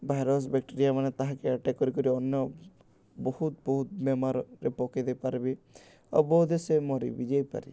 virus ବେକ୍ଟେରିଆମାନେ ତାହାକେ attack କରି କରି ଅନ୍ୟ ବହୁତ୍ ବହୁତ୍ ବେମାର୍ରେ ପକେଇ ଦେଇ ପାର୍ବେ ଆଉ ବୋଧହୁଏ ସେ ମରି ବିି ଯାଇପାରେ